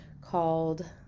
called